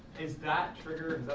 is that triggered